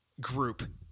group